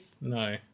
No